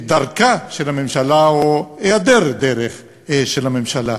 את דרכה של הממשלה או היעדר הדרך של הממשלה,